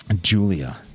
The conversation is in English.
Julia